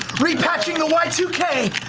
repatching the y two k.